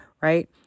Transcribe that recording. right